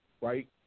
right